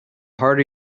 harder